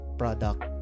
product